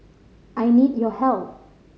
I need your help